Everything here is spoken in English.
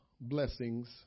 blessings